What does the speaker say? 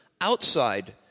outside